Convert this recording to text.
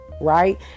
right